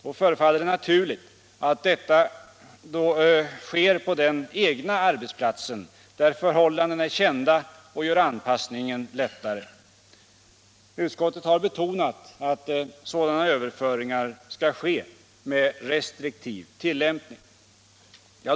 Det förefaller naturligt att detta då sker på den egna arbetsplatsen, där förhållandena är kända och gör anpassningen lättare. Utskottet har betonat att sådana överföringar skall ske med restriktiv tilllämpning.